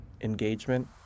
engagement